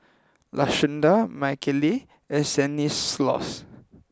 Lashunda Michaele and Stanislaus